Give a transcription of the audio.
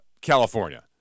California